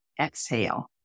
exhale